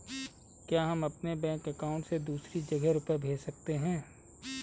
क्या हम अपने बैंक अकाउंट से दूसरी जगह रुपये भेज सकते हैं?